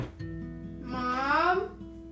Mom